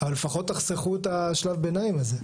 אבל לפחות תחסכו את שלב הביניים הזה.